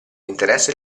interesse